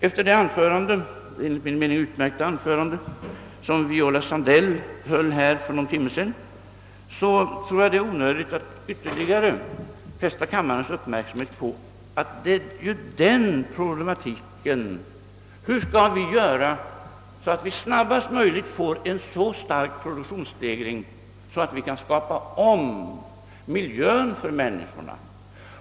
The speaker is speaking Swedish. Efter det enligt min mening utmärkta anförande, som Viola Sandell höll för någon timme sedan, är det kanske onö digt att ytterligare fästa kammarledamöternas uppmärksamhet på problematiken: Hur skall vi göra för att snabbast möjligt få en så stark produktionsstegring, att vi kan skapa om miljön för människorna?